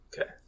Okay